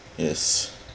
yes